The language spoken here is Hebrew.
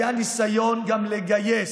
היה ניסיון גם לגייס,